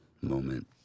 moment